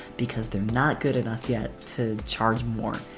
because they're not good enough yet to charge more.